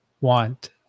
want